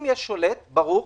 אם יש שולט ברור,